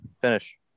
finish